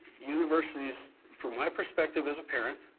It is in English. universities from my perspective as a parent,